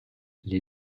les